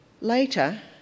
Later